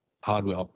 hardware